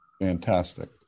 Fantastic